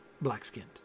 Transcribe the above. black-skinned